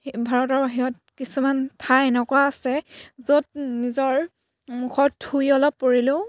ভাৰতৰ বাহিৰত কিছুমান ঠাই এনেকুৱা আছে য'ত নিজৰ মুখত থুই অলপ পৰিলেও